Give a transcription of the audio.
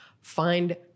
find